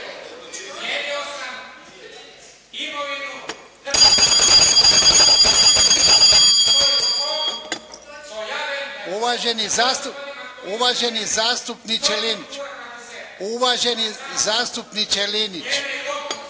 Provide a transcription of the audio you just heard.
Uvaženi zastupniče Linić, uvaženi zastupniče Linić,